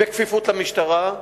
בכפיפות למשטרה,